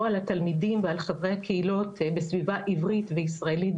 על התלמידים ועל חברי הקהילות בסביבה עברית וישראלית,